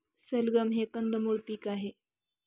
सलगम हे कंदमुळ पीक आहे